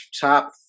Top